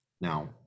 Now